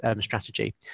strategy